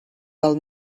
del